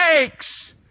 mistakes